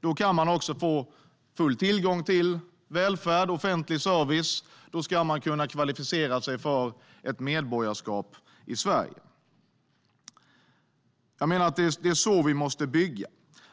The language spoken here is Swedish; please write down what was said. Då kan du också få full tillgång till välfärd och offentlig service. Man ska kunna kvalificera sig för ett medborgarskap i Sverige. Jag menar att det är så vi måste bygga.